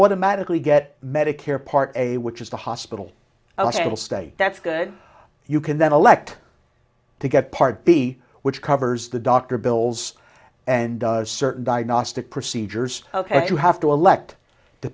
automatically get medicare part a which is the hospital a little state that's good you can then elect to get part b which covers the doctor bills and certain diagnostic procedures ok if you have to elect to